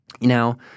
Now